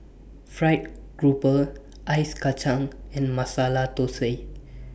Fried Grouper Ice Kachang and Masala Thosai